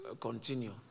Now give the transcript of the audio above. continue